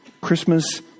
Christmas